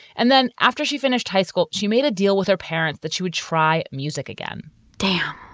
and then after she finished high school, she made a deal with her parents that she would try music again damn,